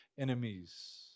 Enemies